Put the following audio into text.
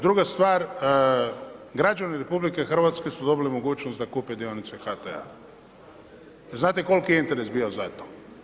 Druga stvar, građani RH su dobili mogućnost da kupe dionice HT-a i znate koliki je interes bio za to.